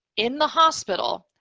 in the hospital,